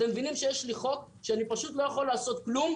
אתם מבינים שיש לי חוק שאני לא יכול לעשות כלום?